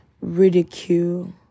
ridicule